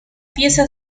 pieza